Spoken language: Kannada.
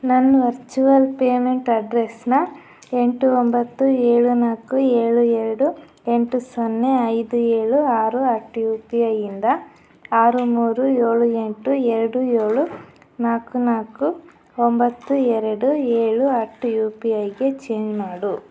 ನನ್ನ ವರ್ಚುವಲ್ ಪೇಮೆಂಟ್ ಅಡ್ರೆಸ್ನ ಎಂಟು ಒಂಬತ್ತು ಏಳು ನಾಲ್ಕು ಏಳು ಎರಡು ಎಂಟು ಸೊನ್ನೆ ಐದು ಏಳು ಆರು ಅಟ್ ಯು ಪಿ ಐ ಇಂದ ಆರು ಮೂರು ಏಳು ಎಂಟು ಎರಡು ಏಳು ನಾಲ್ಕು ನಾಲ್ಕು ಒಂಬತ್ತು ಎರಡು ಏಳು ಅಟ್ ಯು ಪಿ ಐಗೆ ಚೇಂಜ್ ಮಾಡು